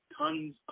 tons